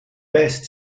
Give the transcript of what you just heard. best